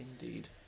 Indeed